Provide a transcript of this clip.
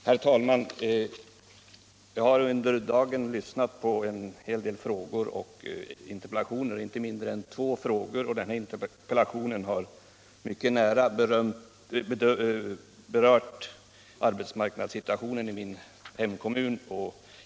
Herr talman! Jag har under dagen lyssnat på den här frågeoch interpellationsdebatten. Inte mindre än två frågor och denna interpellation har mycket nära berört arbetsmarknadssituationen i min hemkommun.